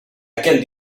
aquel